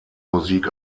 musik